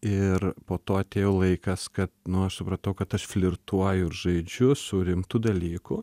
ir po to atėjo laikas kad nu aš supratau kad aš flirtuoju ir žaidžiu su rimtu dalyku